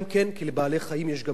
כי לבעלי-חיים יש גם זכויות,